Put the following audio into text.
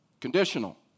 conditional